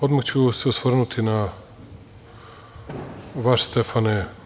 Odmah ću se osvrnuti na vas, Stefane.